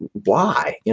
and why?